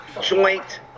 joint